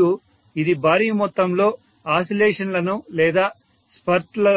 మరియు ఇది భారీ మొత్తంలో ఆసిలేషన్ లను లేదా స్పర్ట్స్ లో